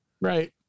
Right